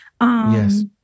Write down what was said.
yes